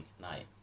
night